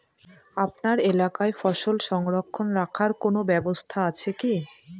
আপনার এলাকায় ফসল সংরক্ষণ রাখার কোন ব্যাবস্থা আছে কি?